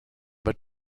but